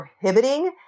prohibiting